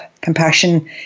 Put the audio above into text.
compassion